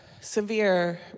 severe